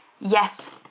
yes